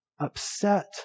upset